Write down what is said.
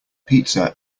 pizza